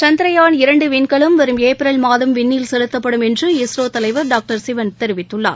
சந்திரயான் இரண்டு விண்கலம் வரும் ஏப்ரல் மாதம் விண்ணில் செலுத்தப்படும் என்று இஸ்ரோ தலைவர் டாக்டர் சிவன் தெரிவித்துள்ளார்